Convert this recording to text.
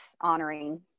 honoring